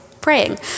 Praying